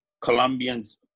Colombians